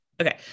Okay